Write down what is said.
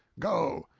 go!